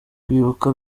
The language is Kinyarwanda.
kwibuka